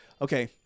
Okay